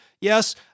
yes